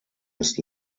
ist